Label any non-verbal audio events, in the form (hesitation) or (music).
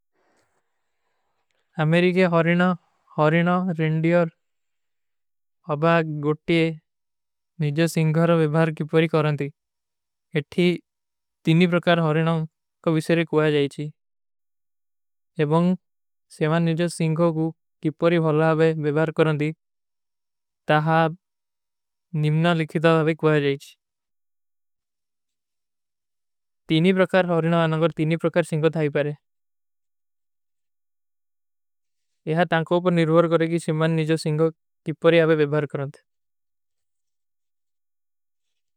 ଅମେରିଗେ ହରିନା, ହରିନା ରିଂଡିଯର (hesitation) ଅବାଗ ଗୋଟିଯେ ନିଜଵ ସିଂଖୋର ଵେଭାର କିପରୀ କରନତୀ। ଇତ୍ଥୀ ତୀନୀ ପ୍ରକାର ହରିନା କୋ ଵିଶେରେ କୋଈ ଜାଈଚୀ। ଏବଂଗ ସେମାନ ନିଜଵ ସିଂଖୋ କୋ କିପରୀ ହଲା ଆବେ ଵେଭାର କରନତୀ। ତାହା (hesitation) ନିମ୍ନା ଲିଖିତା ଅବେ କୋଈ ଜାଈଚୀ। (hesitation) ତୀନୀ ପ୍ରକାର ହରିନା ଅନଂଗର ତୀନୀ ପ୍ରକାର ସିଂଖୋ ଥାଈପରେ। (hesitation) ଏହା ତାଂକୋ ପର ନିର୍ଵର କରେ କୀ ସିମାନ ନିଜଵ ସିଂଖୋ କିପରୀ ଆବେ ଵେଭାର କରନତୀ।